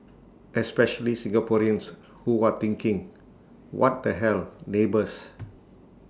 especially Singaporeans who are thinking what the hell neighbours